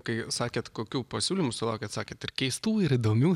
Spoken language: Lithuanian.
kai sakėt kokių pasiūlymų sulaukėt sakėt ir keistų ir įdomių